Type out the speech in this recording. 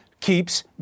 keeps